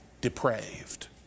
depraved